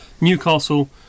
Newcastle